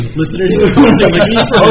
listeners